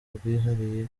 rwihariye